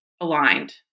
aligned